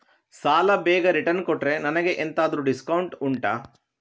ಸಾಲ ಬೇಗ ರಿಟರ್ನ್ ಕೊಟ್ರೆ ನನಗೆ ಎಂತಾದ್ರೂ ಡಿಸ್ಕೌಂಟ್ ಉಂಟಾ